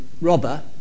robber